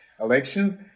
elections